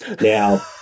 Now